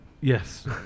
Yes